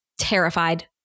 terrified